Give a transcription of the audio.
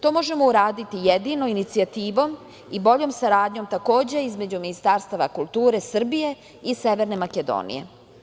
To možemo uraditi jedino inicijativom i boljom saradnjom, takođe između Ministarstava kulture Srbije i Severne Makedonije.